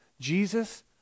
Jesus